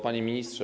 Panie Ministrze!